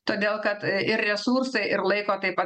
todėl kad ir resursai ir laiko taip pat